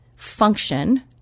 function